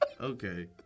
Okay